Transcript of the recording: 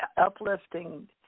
uplifting